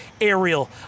aerial